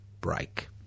break